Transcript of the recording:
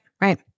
right